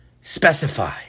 Specify